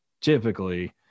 typically